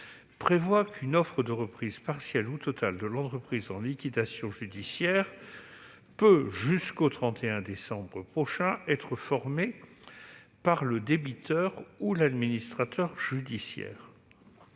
prévoit qu'une offre de reprise partielle ou totale de l'entreprise en liquidation judiciaire peut, jusqu'au 31 décembre prochain, être formée par le débiteur ou l'administrateur judiciaire.